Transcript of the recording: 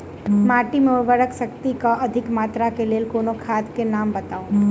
माटि मे उर्वरक शक्ति केँ अधिक मात्रा केँ लेल कोनो खाद केँ नाम बताऊ?